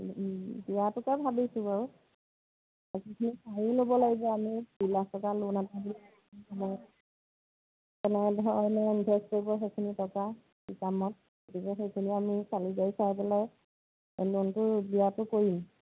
দিয়াটোকে ভাবিছোঁ বাৰু চাইও ল'ব লাগিব আমি দুই লাখ টকা লোন আপোনালোকে ইনভেষ্ট কৰিব সেইখিনি টকা কি কামত গতিকে সেইখিনি আমি চালি জাৰি চাই পেলাই লোনটো দিয়াটো কৰিম